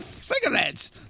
cigarettes